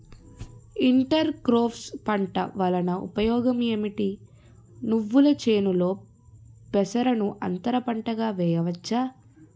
Inter crops పంట వలన ఉపయోగం ఏమిటి? నువ్వుల చేనులో పెసరను అంతర పంటగా వేయవచ్చా?